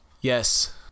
Yes